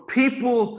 people